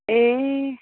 ए